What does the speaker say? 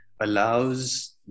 allows